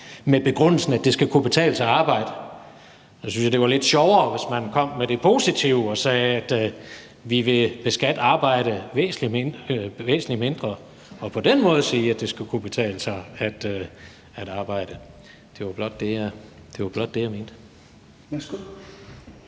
med begrundelsen, at det skal kunne betale sig at arbejde. Jeg synes jo, det var lidt sjovere, hvis man kom med det positive og sagde, at vi vil beskatte arbejde væsentlig mindre, og på den måde sagde, at det skal kunne betale sig at arbejde. Det var blot det, jeg mente. Kl.